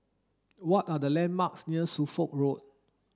what are the landmarks near Suffolk Road